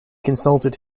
consulted